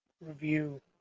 review